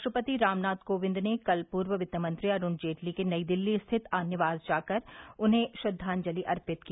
राष्ट्रपति रामनाथ कोविंद ने कल पूर्व वित्त मंत्री अरुण जेटली के नई दिल्ली स्थित निवास जाकर उन्हें श्रद्धांजलि अर्पित की